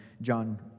John